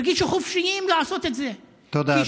הרגישו חופשיים לעשות את זה, תודה, אדוני.